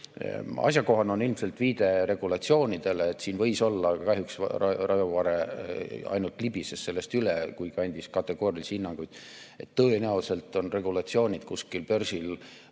Asjakohane on ilmselt viide regulatsioonidele, mis siin võis olla, aga kahjuks Raivo Vare ainult libises sellest üle, kuigi andis kategoorilisi hinnanguid. Tõenäoliselt on regulatsioonid kuskil börsil